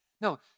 No